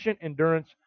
endurance